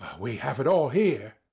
we have it all here,